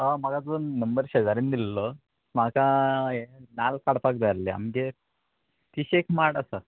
हय म्हाका जो नंबर शेजारीन दिल्लो म्हाका हे नाल्ल काडपाक जाय आल्हे आमगे तिशेक माड आसा